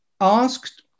asked